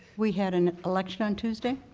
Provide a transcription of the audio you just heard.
we had an election on tuesday.